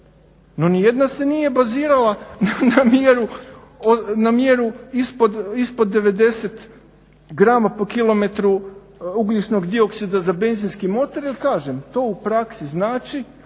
No nijedna se nije bazirala na mjeru ispod 90 grama po kilometru ugljičnog dioksida za benzinski … jel kažem to u praksi znači